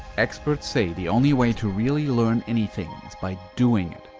experts say the only way to really learn anything is by doing it,